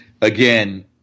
again